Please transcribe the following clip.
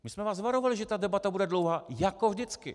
My jsme vás varovali, že ta debata bude dlouhá, jako vždycky.